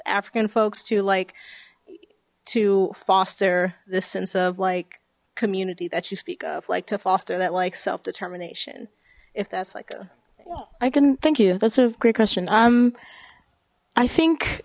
african folks to like to foster this sense of like community that you speak of like to foster that like self determination if that's like i can thank you that's a great question um i think